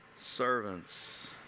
servants